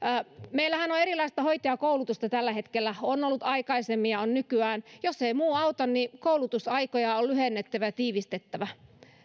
meillähän on erilaista hoitajakoulutusta tällä hetkellä on ollut aikaisemmin ja on nykyään jos ei muu auta niin koulutusaikoja on lyhennettävä ja tiivistettävä